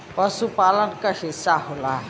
पसुपालन क हिस्सा होला